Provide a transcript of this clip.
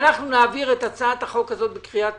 שנעביר את הצעת החוק הזאת בקריאה טרומית,